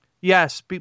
Yes